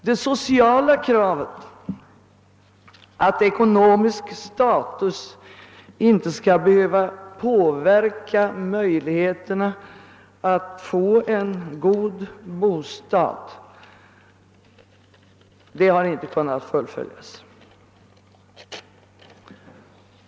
Det sociala kravet att ekonomisk status inte skall behöva påverka möjligheterna att få en god bostad har inte kunnat uppfyllas.